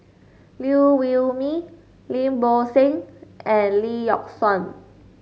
Liew Wee Mee Lim Bo Seng and Lee Yock Suan